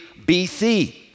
BC